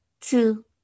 two